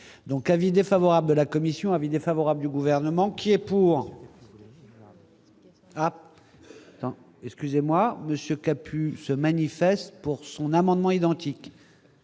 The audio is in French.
donc avis défavorable de la commission avis défavorable du gouvernement qui est pour. Excusez-moi, monsieur, pu se manifeste pour son amendement identique.